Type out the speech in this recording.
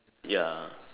ya